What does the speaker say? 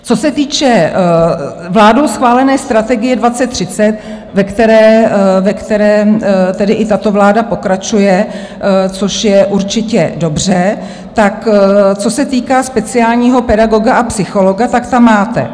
Co se týče vládou schválené Strategie 2030, ve které tedy i tato vláda pokračuje, což je určitě dobře, tak co se týká speciálního pedagoga a psychologa, tak tam máte: